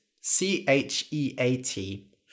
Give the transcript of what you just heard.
C-H-E-A-T